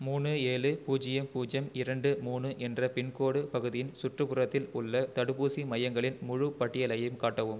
மூணு ஏழு பூஜ்ஜியம் பூஜ்ஜியம் இரண்டு மூணு என்ற பின்கோடு பகுதியின் சுற்றுப்புறத்தில் உள்ள தடுப்பூசி மையங்களின் முழு பட்டியலையும் காட்டவும்